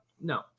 No